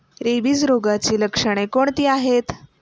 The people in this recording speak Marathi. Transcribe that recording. रॅबिज रोगाची लक्षणे कोणती आहेत?